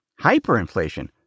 hyperinflation